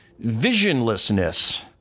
visionlessness